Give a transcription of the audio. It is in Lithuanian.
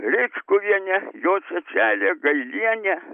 ričkuvienę jos seselę gailienę